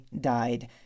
died